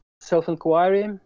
self-inquiry